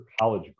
College